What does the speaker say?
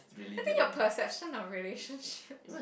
I think your perception of relationships